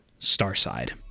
Starside